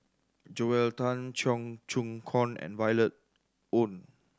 Joel Tan Cheong Choong Kong and Violet Oon